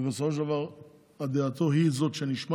ובסופו של דבר דעתו היא שנשמעת,